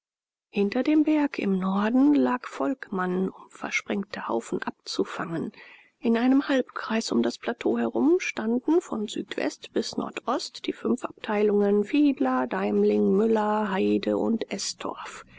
hinter dem berg im norden lag volkmann um versprengte haufen abzufangen in einem halbkreise um das plateau herum standen von südwest bis nordost die fünf abteilungen fiedler deimling müller heyde und estorf